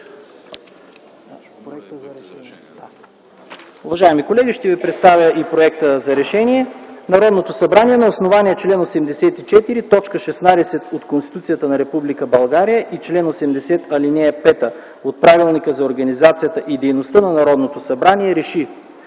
Уважаеми колеги, ще ви представя и проекта за Решение: „Народното събрание на основание чл. 84, т. 16 от Конституцията на Република България и чл. 80, ал. 5 от Правилника за организацията и дейността на Народното събрание Р